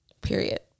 Period